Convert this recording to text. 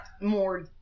more